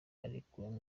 arekuwe